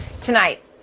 Tonight